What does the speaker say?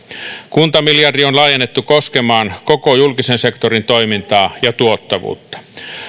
kuntamiljardi on laajennettu koskemaan koko julkisen sektorin toimintaa ja tuottavuutta